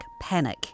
Panic